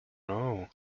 know